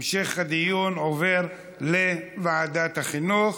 המשך הדיון עובר לוועדת החינוך.